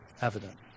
evident